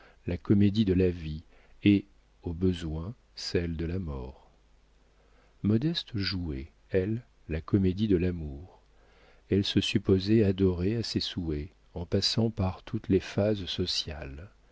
la comédie de la vie et au besoin celle de la mort modeste jouait elle la comédie de l'amour elle se supposait adorée à ses souhaits en passant par toutes les phases sociales